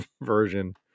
version